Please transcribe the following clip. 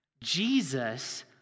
Jesus